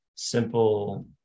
simple